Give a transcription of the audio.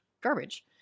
garbage